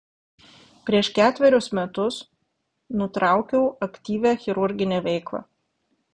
prieš ketverius metus nutraukiau aktyvią chirurginę veiklą